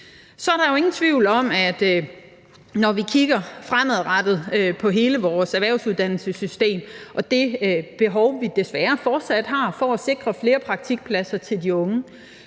Så er der jo ingen tvivl om, at når vi kigger fremadrettet på hele vores erhvervsuddannelsessystem og det behov, vi desværre fortsat har for at sikre flere praktikpladser til de unge,